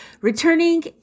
returning